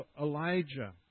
Elijah